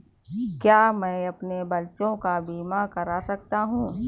क्या मैं अपने बच्चों का बीमा करा सकता हूँ?